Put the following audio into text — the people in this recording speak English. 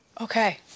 Okay